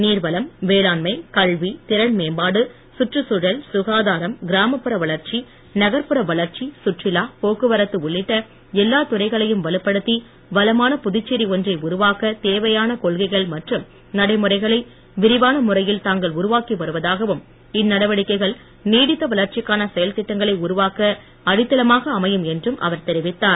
நீர்வளம் வேளாண்மை கல்வி திறன் மேம்பாடு சுற்றுச்தழல் சுகாதாரம் கிராமப்புற வளர்ச்சி நகர்புற வளர்ச்சி சுற்றுலா போக்குவரத்து உள்ளிட்ட எல்லாத் துறைகளையும் வலுப்படுத்தி வளமான புதுச்சேரி ஒன்றை உருவாக்கமத் தேவையான கொன்கைகள் மற்றும் நடைமுறைகளை விரிவான முறையில் தாங்கள் உருவாக்கி வருவதாகவும் இந்நடவடிக்கைகள் நீடித்த வளச்சிக்கான செயல்டதிட்டங்கனை உருவாக்க அடித்தளமாக அமையும் என்றும் அவர் தெரிவித்தார்